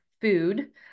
food